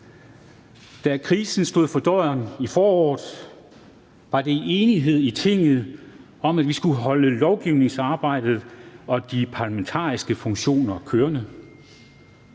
Da krisen stod for døren i foråret, var der enighed i Tinget om, at vi skulle holde lovgivningsarbejdet og de parlamentariske funktioner kørende.